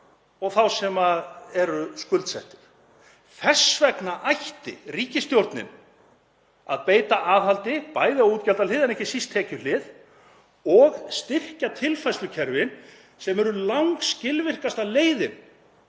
og þá sem eru skuldsettir. Þess vegna ætti ríkisstjórnin að beita aðhaldi, bæði á útgjaldahlið en ekki síst tekjuhlið, og styrkja tilfærslukerfin sem eru langskilvirkasta leiðin